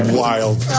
wild